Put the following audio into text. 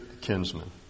kinsman